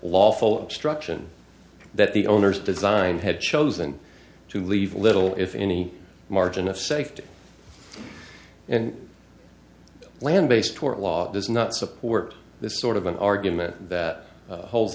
lawful destruction that the owners designed had chosen to leave little if any margin of safety and land based tort law does not support this sort of an argument that hold